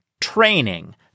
Training